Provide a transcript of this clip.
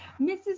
Mrs